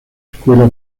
escuela